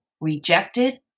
rejected